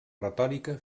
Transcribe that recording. retòrica